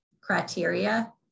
criteria